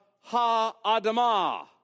ha-adamah